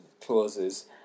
clauses